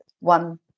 one